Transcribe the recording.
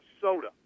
soda